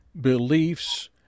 beliefs